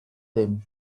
them